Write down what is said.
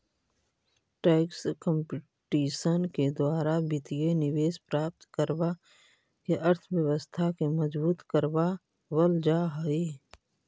tax competition के द्वारा वित्तीय निवेश प्राप्त करवा के अर्थव्यवस्था के मजबूत करवा वल जा हई